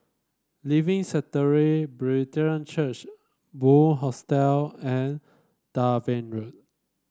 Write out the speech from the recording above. Living Sanctuary Brethren Church Bunc Hostel and Dalven Road